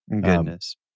Goodness